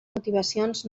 motivacions